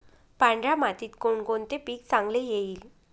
पांढऱ्या मातीत कोणकोणते पीक चांगले येईल?